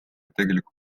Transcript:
tegeliku